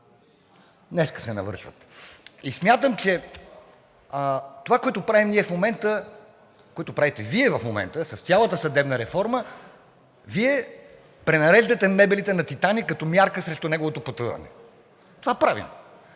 днес се навършват. Смятам, че това, което правим ние в момента – това, което правите Вие в момента – с цялата съдебна реформа, Вие пренареждате мебелите на „Титаник“ като мярка срещу неговото потъване. Това правим.